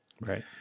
Right